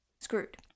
screwed